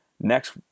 Next